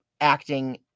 acting